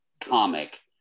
comic